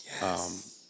Yes